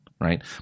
right